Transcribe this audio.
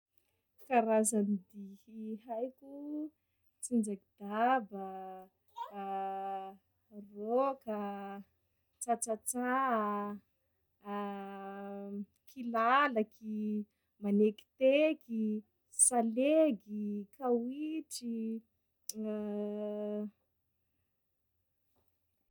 Karazany dihy haiko: tsinjaky daba, rock, tsatsatsa, kilalaky, manekiteky, salegy, kawitry.